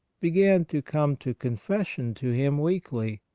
began to come to confession to him weekly,